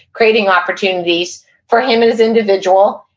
creating opportunities for him as individual,